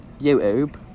YouTube